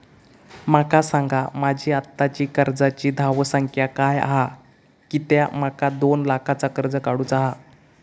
माका सांगा माझी आत्ताची कर्जाची धावसंख्या काय हा कित्या माका दोन लाखाचा कर्ज काढू चा हा?